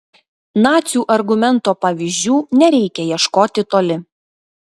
nacių argumento pavyzdžių nereikia ieškoti toli